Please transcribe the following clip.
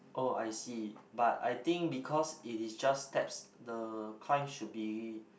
oh I see but I think because it is just steps the climb should be